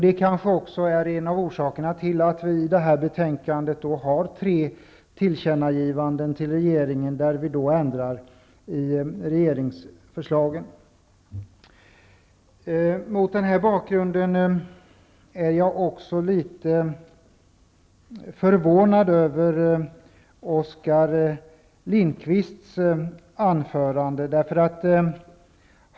Det kanske också är en av orsakerna till att utskottet i detta betänkande föreslår tre tillkännagivanden till regeringen och ändrar i regeringsförslagen. Mot denna bakgrund är jag också litet förvånad över Oskar Lindkvists anförande.